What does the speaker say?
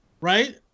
right